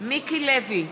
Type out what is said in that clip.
מיקי לוי,